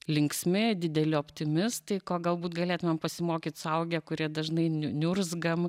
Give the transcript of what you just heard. linksmi dideli optimistai ko galbūt galėtumėm pasimokyt suaugę kurie dažnai niurzgam